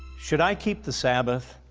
should i keep the sabbath?